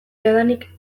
jadanik